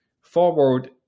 forward